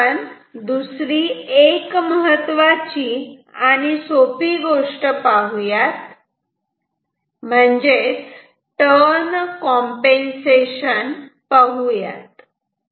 आता आपण दुसरी एक महत्वाची आणि सोपी गोष्ट पाहुयात म्हणजेच टर्न कॉम्पेन्सेशन पाहुयात